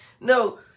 No